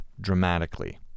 dramatically